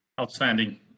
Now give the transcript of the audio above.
Outstanding